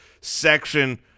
section